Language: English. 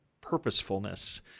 purposefulness